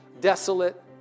desolate